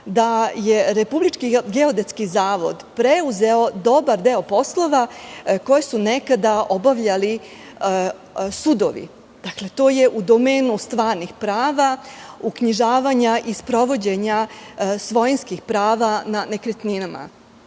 da je RGZ preuzeo dobar deo poslova koje su nekada obavljali sudovi. To je u domenu stvarnih prava, uknjižavanja i sprovođenja svojinskih prava na nekretninama.